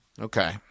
Okay